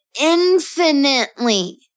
infinitely